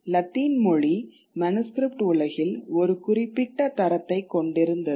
Latin மொழி manuscript உலகில் ஒரு குறிப்பிட்ட தரத்தைக் கொண்டிருந்தது